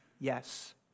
Yes